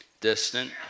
distant